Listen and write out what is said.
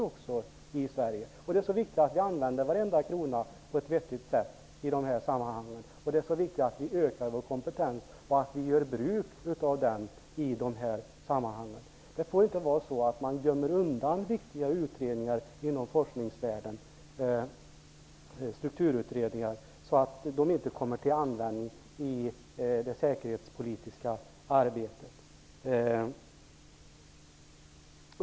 Det är viktigt att vi i dessa sammanhang använder varje krona på ett vettigt sätt och att vi ökar vår kompetens och gör bruk av den. Det får inte vara så att man gömmer undan viktiga strukturutredningar inom forskningsvärlden så att de inte kommer till användning i det säkerhetspolitiska arbetet.